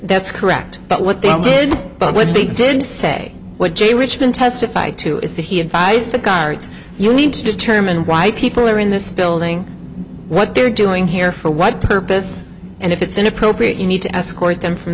correct but what they did but what they did to say what jay richmond testified to is that he advised the guards you need to determine why people are in this building what they're doing here for what purpose and if it's inappropriate you need to escort them from